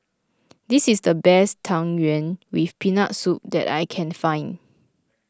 this is the best Tang Yuen with Peanut Soup that I can find